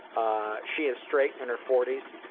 ah, she is straight, in her forties.